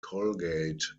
colgate